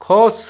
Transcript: खुश